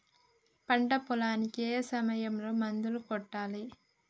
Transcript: పంట పొలానికి ఏ సమయంలో మందులు కొట్టాలి?